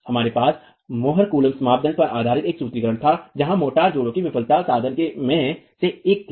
हमारे पास Mohr Coulomb मापदंड पर आधारित एक सूत्रीकरण था जहां मोर्टार जोड़ों की विफलता साधन में से एक थी